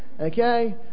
Okay